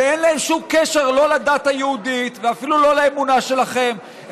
שאין להן שום קשר לא לדת היהודית ואפילו לא לאמונה שלכם,